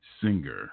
singer